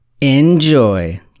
Enjoy